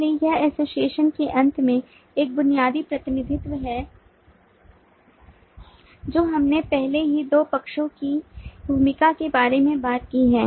इसलिए यह एसोसिएशन के अंत में एक बुनियादी प्रतिनिधित्व है जो हमने पहले ही दो पक्षों की भूमिका के बारे में बात की है